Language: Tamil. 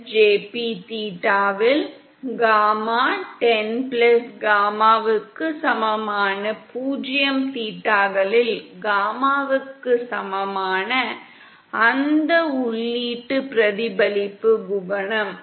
1 jp தீட்டாவில் காமா 10 காமாவுக்கு சமமான 0 தீட்டாக்களில் காமாவுக்கு சமமான அந்த உள்ளீட்டு பிரதிபலிப்பு குணகம் உள்ளது